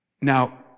Now